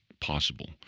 possible